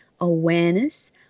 awareness